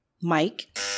Mike